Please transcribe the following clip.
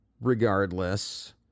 Regardless